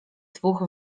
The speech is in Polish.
dwóch